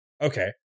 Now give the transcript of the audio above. okay